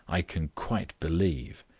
i can quite believe.